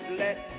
let